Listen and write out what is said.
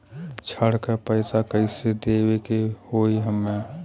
ऋण का पैसा कइसे देवे के होई हमके?